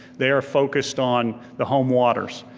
they're focused on the home waters.